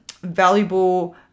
valuable